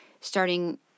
starting